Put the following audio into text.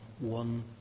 one